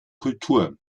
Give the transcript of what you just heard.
kultur